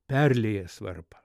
perliejęs varpą